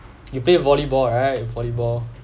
you play volleyball right volleyball